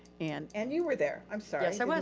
and and you were there, i'm sorry. yes i was,